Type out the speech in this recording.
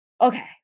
Okay